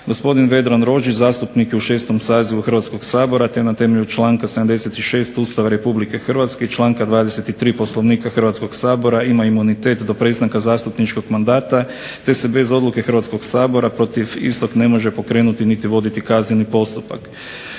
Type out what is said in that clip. Gospodin Vedran Rožić zastupnik je u 6. sazivu Hrvatskog sabora te na temelju članka 76. Ustava Republike Hrvatske i članka 23. Poslovnika Hrvatskog sabora ima imunitet do prestanka zastupničkog mandata, te se bez odluke Hrvatskog sabora protiv istog ne može pokrenuti niti voditi kazneni postupak.